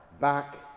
back